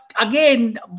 again